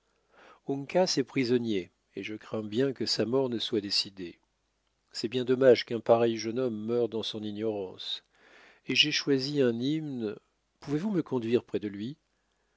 uncas est prisonnier et je crains bien que sa mort ne soit décidée c'est bien dommage qu'un pareil jeune homme meure dans son ignorance et j'ai choisi une hymne pouvez-vous me conduire près de lui